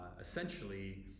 essentially